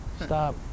stop